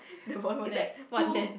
the volleyball net what net